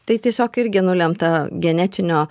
tai tiesiog irgi nulemta genetinio